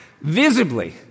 visibly